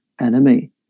enemy